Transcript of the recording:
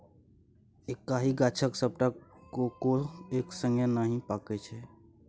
एक्कहि गाछक सबटा कोको एक संगे नहि पाकय छै